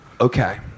okay